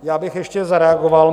Já bych ještě zareagoval.